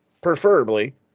preferably